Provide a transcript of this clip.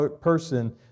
person